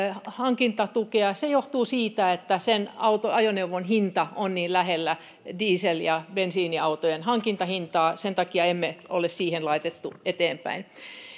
hankintatukea se johtuu siitä että sen ajoneuvon hinta on niin lähellä diesel ja bensiiniautojen hankintahintaa sen takia emme ole sitä laittaneet eteenpäin